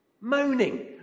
Moaning